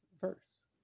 verse